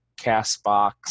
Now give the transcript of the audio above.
CastBox